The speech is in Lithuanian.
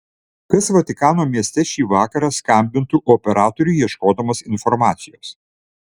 kas vatikano mieste šį vakarą skambintų operatoriui ieškodamas informacijos